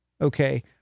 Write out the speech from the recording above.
Okay